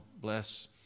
Bless